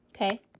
Okay